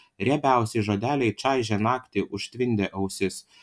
riebiausi žodeliai čaižė naktį užtvindė ausis